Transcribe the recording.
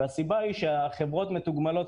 והסיבה היא שהחברות מתוגמלות,